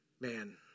Man